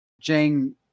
Jane